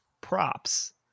props